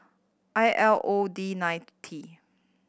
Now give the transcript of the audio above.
I L O D nine T